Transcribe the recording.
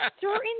certain